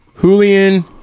Julian